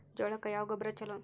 ಜೋಳಕ್ಕ ಯಾವ ಗೊಬ್ಬರ ಛಲೋ?